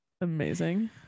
amazing